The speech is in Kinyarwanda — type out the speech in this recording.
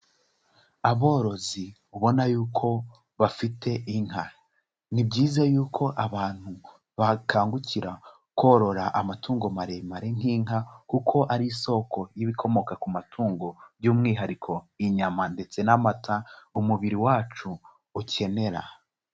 Aborozi ubona y'uko bafite inka, ni byiza y'uko abantu bakangukira korora amatungo maremare nk'inka, kuko ari isoko y'ibikomoka ku matungo by'umwihariko inyama ndetse n'amata umubiri wacu ukenera.